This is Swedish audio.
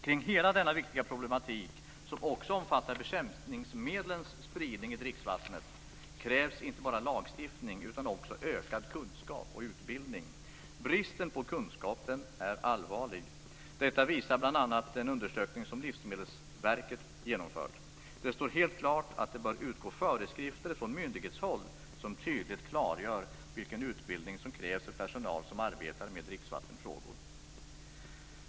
Kring hela denna viktiga problematik, som också omfattar bekämpningsmedlens spridning i dricksvattnet, krävs inte bara lagstiftning utan också ökad kunskap och utbildning. Bristen på kunskap är allvarlig. Detta visar bl.a. en undersökning som Livsmedelsverket genomfört. Det står helt klart att det bör utgå föreskrifter från myndighetshåll som tydligt klargör vilken utbildning som krävs för personal som arbetar med dricksvattenfrågor.